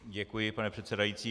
Děkuji, pane předsedající.